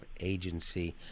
agency